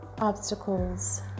obstacles